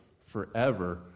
forever